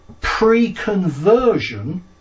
pre-conversion